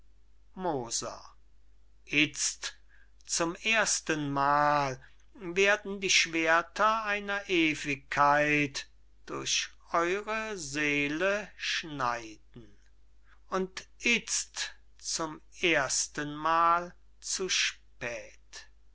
moser itzt zum erstenmal werden die schwerter einer ewigkeit durch eure seele schneiden und itzt zum erstenmal zu spät